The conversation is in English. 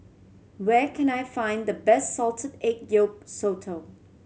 where can I find the best salted egg yolk sotong